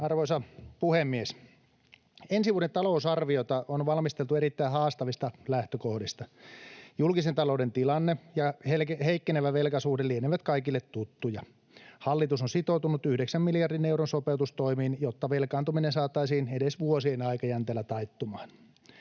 Arvoisa puhemies! Ensi vuoden talousarviota on valmisteltu erittäin haastavista lähtökohdista — julkisen talouden tilanne ja heikkenevä velkasuhde lienevät kaikille tuttuja. Hallitus on sitoutunut yhdeksän miljardin euron sopeutustoimiin, jotta velkaantuminen saataisiin edes vuosien aikajänteellä taittumaan.